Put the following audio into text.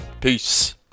Peace